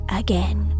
again